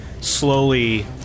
slowly